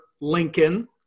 Lincoln